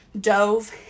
dove